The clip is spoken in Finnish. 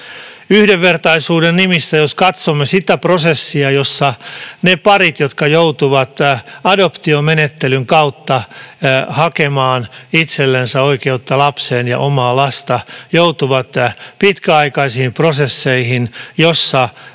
Yhdenvertaisuuden nimissä: Jos katsomme niitä pareja, jotka joutuvat adoptiomenettelyn kautta hakemaan itsellensä oikeutta lapseen ja omaa lasta, he joutuvat pitkäaikaisiin prosesseihin, joissa